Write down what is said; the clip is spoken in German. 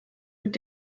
mit